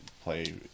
play